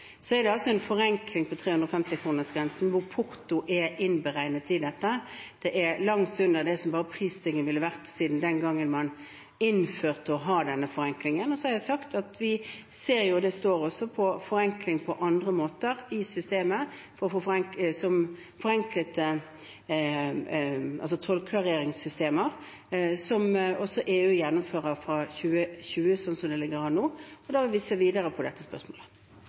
Så er det altså en forenkling på 350-kronersgrensen, hvor porto er innberegnet i dette. Det er langt under det som bare prisstigningen ville vært siden den gangen man innførte å ha denne forenklingen. Og så har jeg sagt at vi ser at det også står på forenkling på andre måter i systemet, som forenklete tollklareringssystemer som også EU gjennomfører fra 2020, sånn som det ligger an nå. Da vil vi se videre på dette spørsmålet.